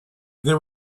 they